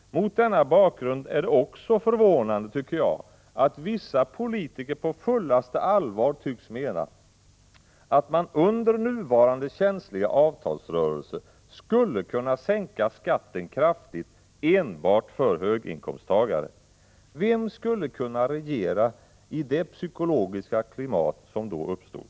Mot denna bakgrund är det också förvånande att vissa politiker på fullaste allvar tycks mena att man under nuvarande känsliga avtalsrörelse kan sänka skatten kraftigt enbart för höginkomsttagare. Vem skulle kunna regera i det psykologiska klimat som då uppstod?